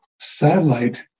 satellite